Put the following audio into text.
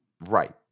Right